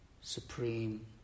Supreme